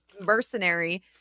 mercenary